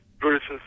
versus